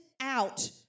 out